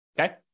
Okay